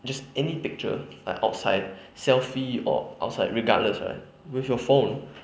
just any picture like outside selfie or outside regardless right with your phone